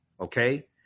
okay